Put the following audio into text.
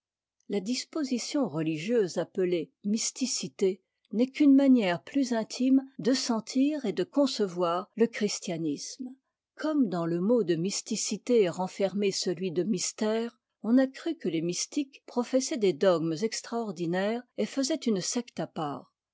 la disposition religieuse appelée mysticité n'est qu'une manière plus intime de sentir et de concevoir le christianisme comme dans le mot de mysticité est renfermé celui de mystère on a cru que les mystiques professaient des dogmes extraordinaires et faisaient une secte à part